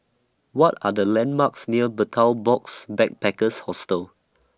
What Are The landmarks near Betel Box Backpackers Hostel